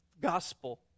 gospel